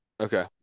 Okay